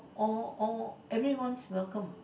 all all everyone welcome